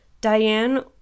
Diane